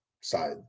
side